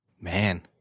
Man